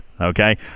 Okay